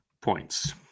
points